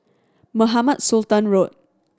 Mohamed Sultan Road